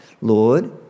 Lord